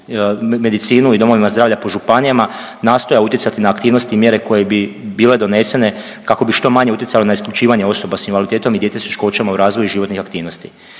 i domovima zdravlja po županijama, nastojao utjecati na aktivnosti i mjere koje bi bile donesene, kako bi što manje utjecale na isključivanje osoba s invaliditetom i djece s teškoćama u razvoju i životnih aktivnosti.